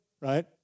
right